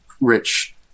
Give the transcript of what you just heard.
Rich